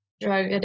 drug